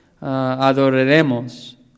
adoraremos